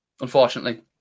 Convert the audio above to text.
unfortunately